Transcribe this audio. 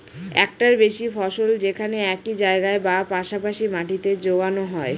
একটার বেশি ফসল যেখানে একই জায়গায় বা পাশা পাশি মাটিতে যোগানো হয়